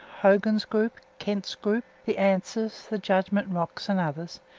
hogan's group, kent's group, the answers, the judgment rocks, and others,